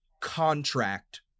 contract